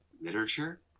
literature